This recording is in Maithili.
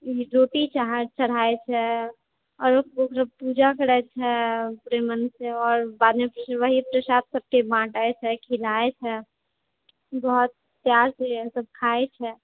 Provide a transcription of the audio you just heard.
रोटी चढ़ाबै छै आओर पूजा करै छै पूरे मन से आओर बाद में वही प्रसाद सबके बाँटै छै खीलाइ छै बहुत प्यार से सब खाइ छै